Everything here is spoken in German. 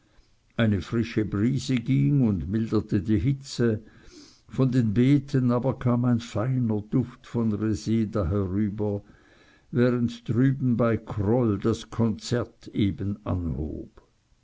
eine frische brise ging und milderte die hitze von den beeten aber kam ein feiner duft von reseda herüber während drüben bei kroll das konzert eben anhob